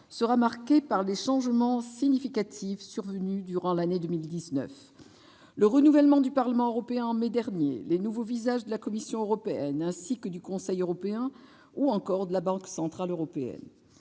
sera marqué par les changements significatifs survenus durant l'année 2019, avec le renouvellement du Parlement européen, en mai dernier, les nouveaux visages de la Commission européenne ainsi que du Conseil européen ou de la Banque centrale européenne.